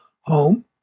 home